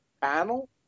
panel